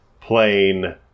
plain